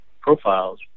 profiles